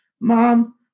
Mom